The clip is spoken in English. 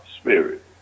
spirit